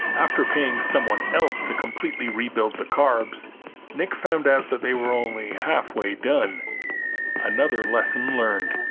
after paying someone else to completely rebuild the carbs nick found out that they were only halfway done another lesson learned